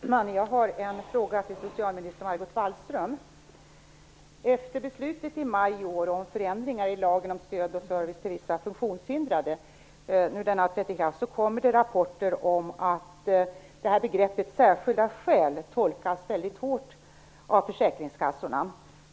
Fru talman! Jag har en fråga till socialminister Sedan beslutet i maj i år om förändringar i lagen om stöd och service till vissa funktionshindrade har trätt i kraft kommer det rapporter om att begreppet Särskilda skäl tolkas mycket hårt av försäkringskassorna.